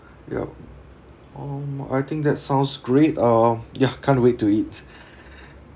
ya um I think that sounds great uh yeah can't wait to eat